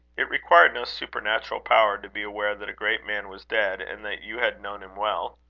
it required no supernatural powers to be aware that a great man was dead, and that you had known him well.